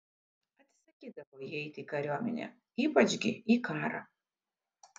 atsisakydavo jie eiti į kariuomenę ypač gi į karą